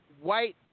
white